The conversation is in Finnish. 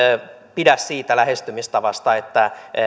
pidä siitä lähestymistavasta että